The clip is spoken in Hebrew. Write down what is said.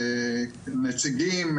ונציגים,